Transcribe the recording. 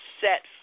set